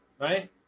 Right